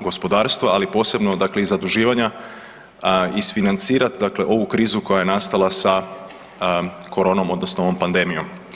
gospodarstva, ali posebno dakle iz zaduživanja isfinancirati dakle ovu krizu koja je nastala sa koronom odnosno ovom pandemijom.